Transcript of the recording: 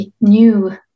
new